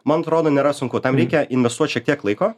man atrodo nėra sunku tam reikia investuot šiek tiek laiko